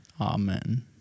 Amen